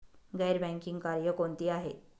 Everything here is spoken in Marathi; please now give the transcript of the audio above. गैर बँकिंग कार्य कोणती आहेत?